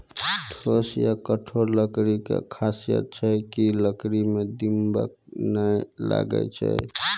ठोस या कठोर लकड़ी के खासियत छै कि है लकड़ी मॅ दीमक नाय लागैय छै